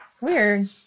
Weird